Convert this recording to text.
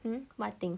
um what thing